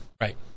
Right